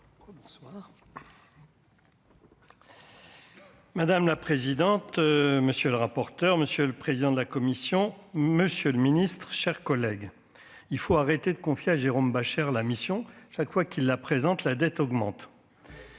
Madame la présidente, monsieur le rapporteur, monsieur le président de la commission, monsieur le Ministre, chers collègues, il faut arrêter de confier à Jérôme Bascher, la mission chaque fois qu'il la présente la dette augmente.